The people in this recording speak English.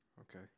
Okay